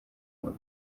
bwa